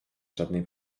żadnej